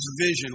vision